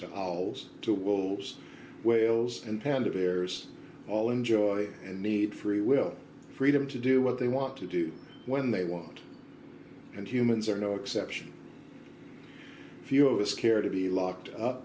to alls to wolves whales and panda bears all enjoy and need free will freedom to do what they want to do when they want and humans are no exception few of us care to be locked up